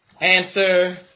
answer